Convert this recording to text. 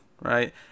right